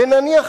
ונניח,